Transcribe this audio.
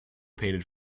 painted